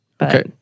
Okay